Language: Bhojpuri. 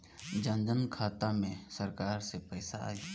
जनधन खाता मे सरकार से पैसा आई?